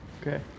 okay